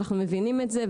אנחנו מבינים את זה,